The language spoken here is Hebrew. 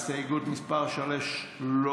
הסתייגות מס' 3 לא